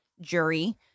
jury